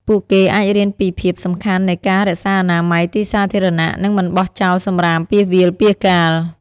ពួកគេអាចរៀនពីភាពសំខាន់នៃការរក្សាអនាម័យទីសាធារណៈ និងមិនបោះចោលសំរាមពាសវាលពាសកាល។